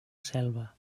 selva